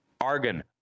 argan